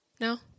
No